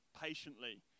patiently